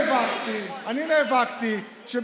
אזרח, עם